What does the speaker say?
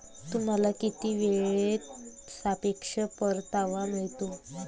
तुम्हाला किती वेळेत सापेक्ष परतावा मिळतो?